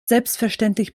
selbstverständlich